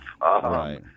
Right